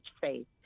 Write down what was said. faith